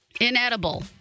Inedible